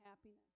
happiness